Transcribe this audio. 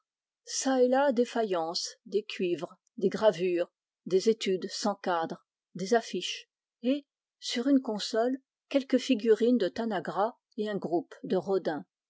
des faïences des cuivres des estampes des études sans cadres des affiches et sur une console quelques figurines de tanagra et un groupe de rodin